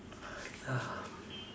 ya